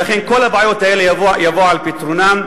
שאכן כל הבעיות האלה יבואו על פתרונן,